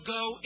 go